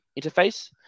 interface